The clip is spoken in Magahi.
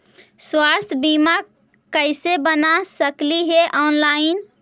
स्वास्थ्य बीमा कैसे बना सकली हे ऑनलाइन?